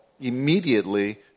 immediately